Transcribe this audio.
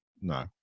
No